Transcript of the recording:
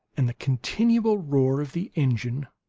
and the continual roar of the engine,